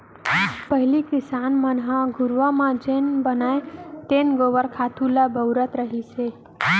पहिली किसान मन ह घुरूवा म जेन बनय तेन गोबर खातू ल बउरत रहिस